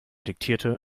diktierte